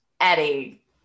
eddie